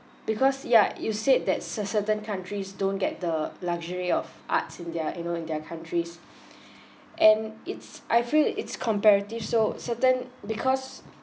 because ya you said that ce~ certain countries don't get the luxury of arts in their you know in their countries and it's I feel it's comparative so certain because